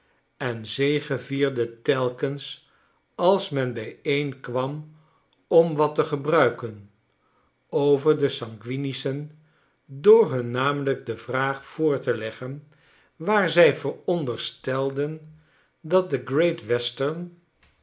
en zegevierde telkens als men bijeen kwam om wat te gebruiken over de sanguinischen door hun namelijk de vraag voor te leggen waar zij veronderstelden dat de great western